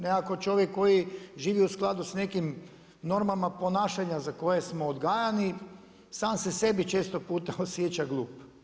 Nekako čovjek koji živi u skladu s nekim, normama ponašanja za koje smo odgajani, sam se sebi često puta osjeća glupo.